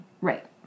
Right